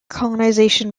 colonisation